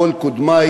כל קודמי,